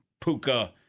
Puka